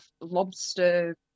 lobster